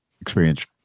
experience